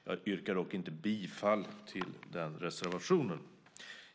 Jag yrkar dock inte bifall till den reservationen.